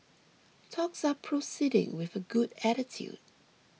talks are proceeding with a good attitude